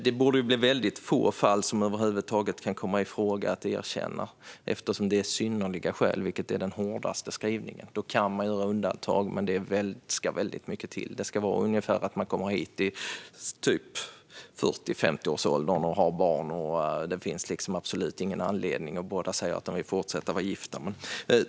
Det borde bli väldigt få fall som över huvud taget kan komma i fråga att erkänna eftersom det krävs synnerliga skäl, vilket är den hårdaste skrivningen. Man kan göra undantag, men det ska väldigt mycket till. Det ska handla om ungefär att människor kommer hit i 40-50-årsåldern och har barn, att det absolut inte finns någon anledning och att båda säger att de vill fortsätta vara gifta.